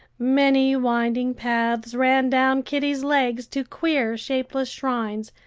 many winding paths ran down kitty's legs to queer, shapeless shrines,